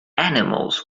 animals